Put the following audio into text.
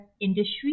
industry